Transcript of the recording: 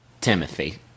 Timothy